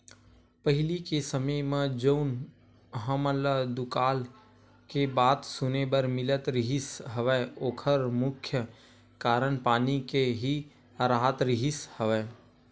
पहिली के समे म जउन हमन ल दुकाल के बात सुने बर मिलत रिहिस हवय ओखर मुख्य कारन पानी के ही राहत रिहिस हवय